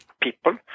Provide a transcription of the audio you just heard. people